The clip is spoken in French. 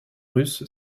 russe